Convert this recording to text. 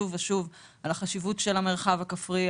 שוב ושוב על החשיבות של המרחב הכפרי,